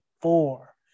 four